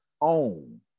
own